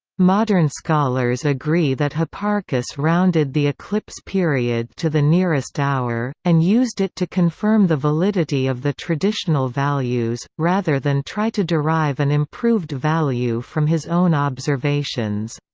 modern scholars agree that hipparchus rounded the eclipse period to the nearest hour, and used it to confirm the validity of the traditional values, rather than try to derive an improved value from his own observations.